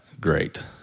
great